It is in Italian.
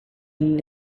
modelli